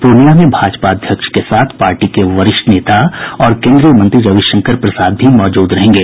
प्रर्णियां में भाजपा अध्यक्ष के साथ पार्टी के वरिष्ठ नेता और केन्द्रीय मंत्री रविशंकर प्रसाद भी मौजूद रहेंगे